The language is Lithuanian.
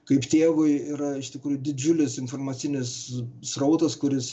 kaip tėvui yra iš tikrųjų didžiulis informacinis srautas kuris